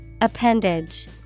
Appendage